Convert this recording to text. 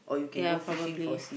ya probably